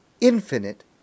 infinite